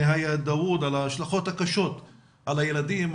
נהאיה דאוד על ההשלכות הקשות על הילדים,